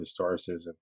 historicism